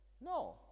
No